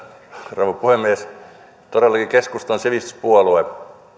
rouva puhemies todellakin keskusta on sivistyspuolue